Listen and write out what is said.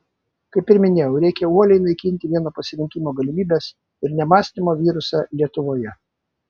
kaip ir minėjau reikia uoliai naikinti vieno pasirinkimo galimybės ir nemąstymo virusą lietuvoje